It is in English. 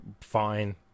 fine